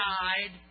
died